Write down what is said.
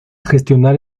gestionar